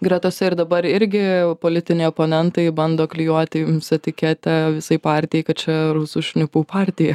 gretose ir dabar irgi politiniai oponentai bando klijuoti jums etiketę visai partijai kad čia rusų šnipų partija